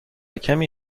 کمی